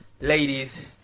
Ladies